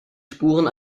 spuren